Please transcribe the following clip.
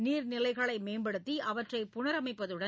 நீர் நிலைகளை மேம்படுத்தி அவற்றை புனரமைப்பதுடன்